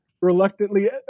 reluctantly